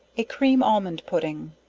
a cream almond pudding.